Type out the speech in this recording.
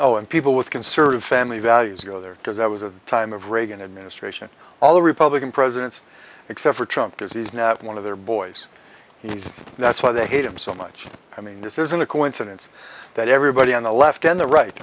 oh and people with conservative family values go there because i was a time of reagan administration all the republican presidents except for trump because he's now one of their boys he's that's why they hate him so much i mean this isn't a coincidence that everybody on the left and the right